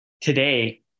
Today